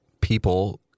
people